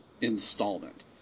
installment